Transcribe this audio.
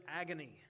agony